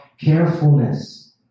carefulness